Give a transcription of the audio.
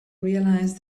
realize